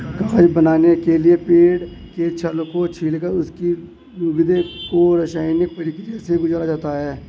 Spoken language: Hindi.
कागज बनाने के लिए पेड़ के छाल को छीलकर उसकी लुगदी को रसायनिक प्रक्रिया से गुजारा जाता है